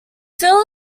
fill